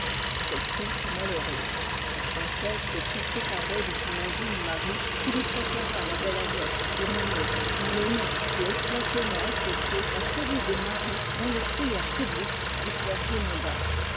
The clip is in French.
celle-ci fut malheureuse la princesse vécut séparée de son indigne mari qui lui préféra la belle agnès de maino dont le nom fut effrontément associé à celui de marie dans les prières pubbliques du clergé lombard